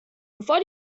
bevor